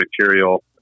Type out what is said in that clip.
material